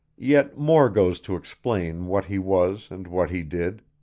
yet more goes to explain what he was and what he did.